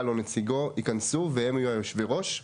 או נציגו ייכנסו והם יהיו יושבי הראש.